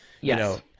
Yes